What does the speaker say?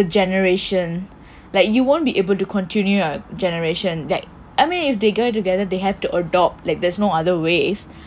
the generation like you won't be able to continue your generation that I mean if they go together they have to adopt like there's no other ways